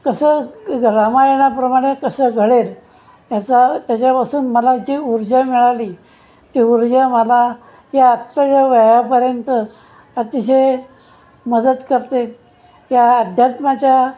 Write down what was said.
कसं रामायणाप्रमाणे कसं घडेल याचा त्याच्यापासून मला जी ऊर्जा मिळाली ती ऊर्जा मला या आत्ताच्या वयापर्यंत अतिशय मदत करते या अध्यात्माच्या